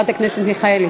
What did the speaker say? בבקשה.